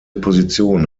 position